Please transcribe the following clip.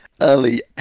early